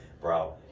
Bro